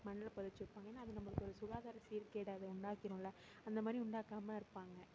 மண்ணில் பொதைச்சி வைப்பாங்க ஏன்னா அது நம்மளுக்கு ஒரு சுகாதார சீர்கேடை அது உண்டாக்கிடும்ல அந்தமாதிரி உண்டாக்காமல் இருப்பாங்க